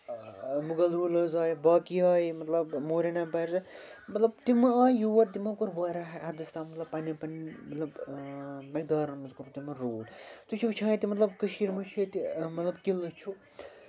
Mughal rulers آیہِ باقی آیہِ مطلب موریَن مطلب تِم آیہِ یور مطلب تِمو کوٚر واریاہ حَدس تام مطلب پنٕنۍ پنٕنۍ مطلب مٮ۪قدارَن منٛز کوٚر تِمَو روٗل تُہۍ چھِو وٕچھان ییٚتہِ مطلب کٔشیٖرِ منٛز چھُ ییٚتہِ مطلب قلعہٕ چھُ